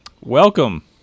Welcome